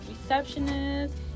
receptionist